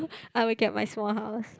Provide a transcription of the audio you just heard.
I will get my small house